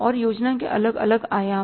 और योजना के अलग अलग आयाम हैं